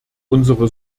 unsere